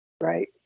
Right